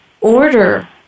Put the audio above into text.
order